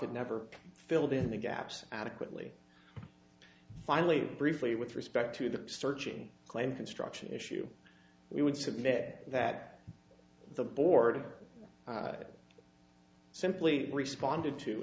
had never filled in the gaps adequately finally briefly with respect to the searching claim construction issue we would submit that the board of simply responded to